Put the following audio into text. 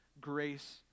grace